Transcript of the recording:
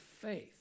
faith